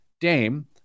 Dame